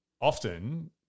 often